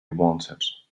wanted